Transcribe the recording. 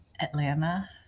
Atlanta